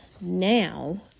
now